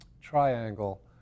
triangle